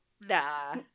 Nah